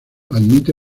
admite